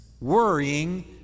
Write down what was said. Worrying